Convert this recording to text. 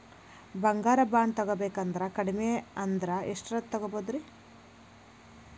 ಬಂಗಾರ ಬಾಂಡ್ ತೊಗೋಬೇಕಂದ್ರ ಕಡಮಿ ಅಂದ್ರ ಎಷ್ಟರದ್ ತೊಗೊಬೋದ್ರಿ?